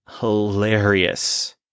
hilarious